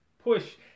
push